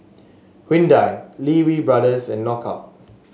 Hyundai Lee Wee Brothers and Knockout